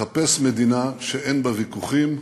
לחפש מדינה שאין בה ויכוחים,